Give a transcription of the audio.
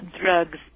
drugs